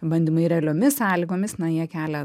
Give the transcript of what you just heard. bandymai realiomis sąlygomis na jie kelia